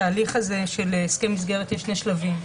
בתהליך הזה של הסכם מסגרת יש שני שלבים.